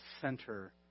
center